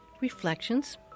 reflections